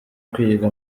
kwiga